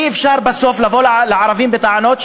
אי-אפשר בסוף לבוא לערבים בטענות,